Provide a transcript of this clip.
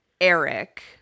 Eric